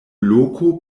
loko